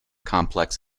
complex